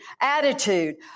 attitude